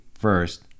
first